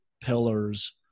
pillars